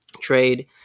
trade